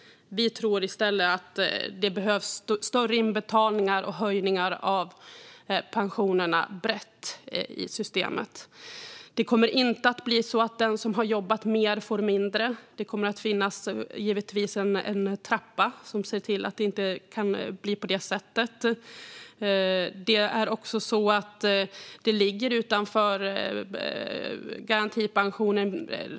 Vi tror i stället att det behövs större inbetalningar och höjningar av pensionerna brett i systemet. Det kommer inte att bli så att den som har jobbat mer får mindre. Det kommer givetvis att finnas en trappa som ser till att det inte kan bli på det sättet. Tillägget ligger utanför garantipensionen.